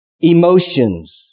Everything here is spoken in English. emotions